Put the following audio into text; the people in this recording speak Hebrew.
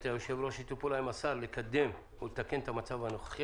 השר לקדם ולתקן את המצב הנוכחי.